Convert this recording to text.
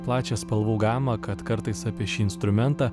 plačią spalvų gamą kad kartais apie šį instrumentą